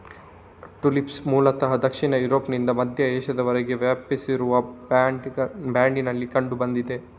tulips ಮೂಲತಃ ದಕ್ಷಿಣ ಯುರೋಪ್ನಿಂದ ಮಧ್ಯ ಏಷ್ಯಾದವರೆಗೆ ವ್ಯಾಪಿಸಿರುವ ಬ್ಯಾಂಡಿನಲ್ಲಿ ಕಂಡು ಬಂದಿದೆ